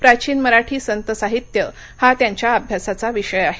प्राचीन मराठी संत साहित्य हा त्यांच्या अभ्यासाचा विषय आहे